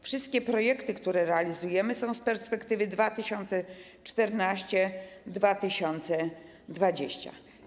Wszystkie projekty, które realizujemy, są z perspektywy 2014-2020.